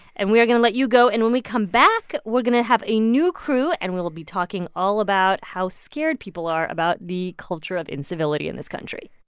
and we are going to let you go. and when we come back, we're going to have a new crew. and we'll be talking all about how scared people are about the culture of incivility in this country